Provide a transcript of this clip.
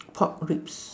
pork ribs